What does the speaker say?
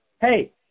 hey